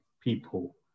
people